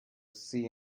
see